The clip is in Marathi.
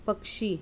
पक्षी